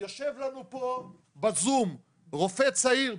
יושב לנו פה בזום רופא צעיר,